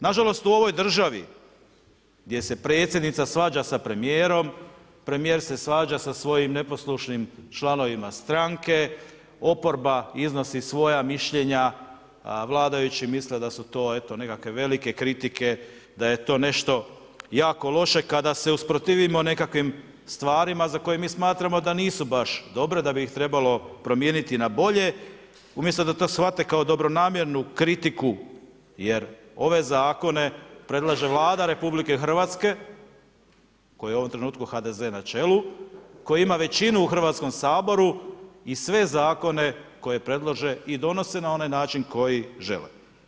Nažalost u ovoj državi gdje se predsjednica svađa sa premijerom, premijer se svađa sa svojim neposlušnim članovima stranke, oporba iznosi svoja mišljenja, vladajući misle da su to nekakve velike kritike, da je to nešto jako loše kada se usprotivimo nekakvim stvarima za koje smatramo da nisu baš dobre, da bi ih trebalo promijeniti na bolje, umjesto da to shvate kao dobronamjernu kritiku jer ove zakone predlaže Vlada RH, kojem je u ovom trenutku HDZ na čelu, koji ima većinu u Hrvatskom saboru i sve zakone koje predlože i donose na onaj način koji žele.